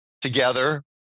together